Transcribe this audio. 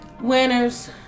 winners